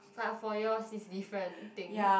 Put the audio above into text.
but for yours is different thing